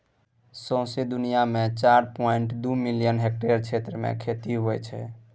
सौंसे दुनियाँ मे चारि पांइट दु मिलियन हेक्टेयर क्षेत्र मे खेती होइ छै